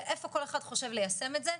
ואיפה כל אחד חושב ליישם את זה.